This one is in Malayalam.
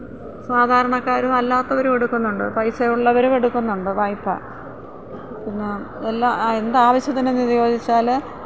സാധാരണക്കാരും അല്ലാത്തവരും എടുക്കുന്നുണ്ട് പൈസ ഉള്ളവരും എടുക്കുന്നുണ്ട് വായ്പ പിന്നെ എല്ലാ ആ എന്താവശ്യത്തിനെന്ന് ചോദിച്ചാല്